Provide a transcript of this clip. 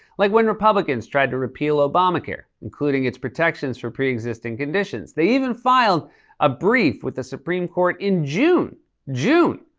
like when republicans tried to repeal obamacare, including its protections for pre-existing conditions. they even filed a brief with the supreme court in june june,